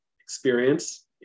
experience